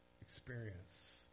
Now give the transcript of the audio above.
experience